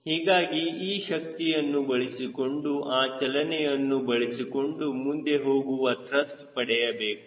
ಹೀಗಾಗಿ ಆ ಶಕ್ತಿಯನ್ನು ಬಳಸಿಕೊಂಡು ಆ ಚಲನೆಯನ್ನು ಬಳಸಿಕೊಂಡು ಮುಂದೆ ಹೋಗುವ ತ್ರಸ್ಟ್ ಪಡೆಯಬೇಕು